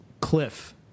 cliff